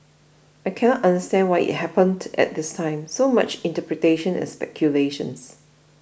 I cannot understand why it happened at this time so much interpretation and speculation